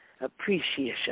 Appreciation